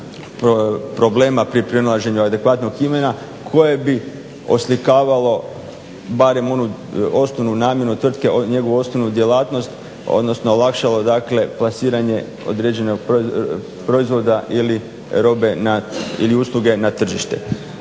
problema pri pronalaženju adekvatnog imena koje bi oslikavalo barem onu osnovnu namjenu tvrtke, njegovu osnovnu djelatnost odnosno olakšalo dakle plasiranje određenog proizvoda ili usluge na tržište.